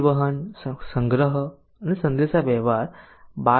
પરિવહન સંગ્રહ અને સંદેશાવ્યવહાર 12